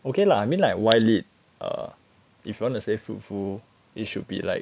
okay lah I mean like Y lead err if you want to say fruitful it should be like